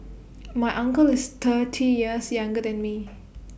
my uncle is thirty years younger than me